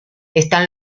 están